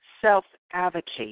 Self-advocate